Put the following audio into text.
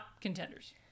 contenders